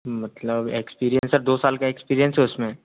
मतलब experience sir दो साल का एक्सपीरियंस है उस में